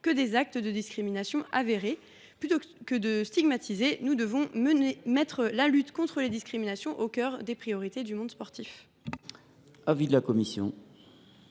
que des actes de discrimination avérés ? Plutôt que de stigmatiser, nous devons mettre la lutte contre les discriminations au cœur des priorités du monde sportif.